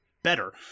better